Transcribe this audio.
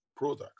product